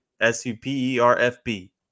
S-U-P-E-R-F-B